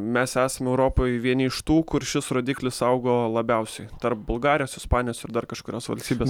mes esam europoj vieni iš tų kur šis rodiklis augo labiausiai tarp bulgarijos ispanijos ir dar kažkurios valstybės